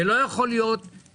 אנו מדברים על שנתיים כבר,